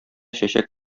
чәчәк